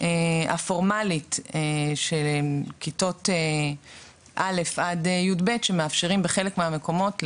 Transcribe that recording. הפורמלית של כיתות א' עד יב' שמאפשרים בחלק מהמקומות,